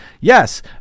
yes